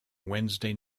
wednesday